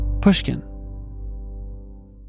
Pushkin